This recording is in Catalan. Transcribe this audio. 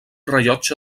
rellotge